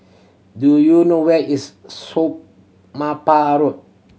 do you know where is Road